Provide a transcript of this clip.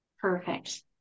Perfect